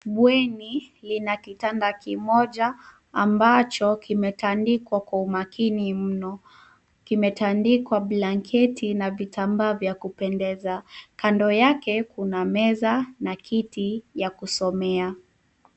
Bweni lina kitanda kimoja ambacho kimetandikwa kwa umakini mno. Kimetandikwa blanket na vitambaa vya kupendeza. Kando yake kuna meza na kiti cha kusomea.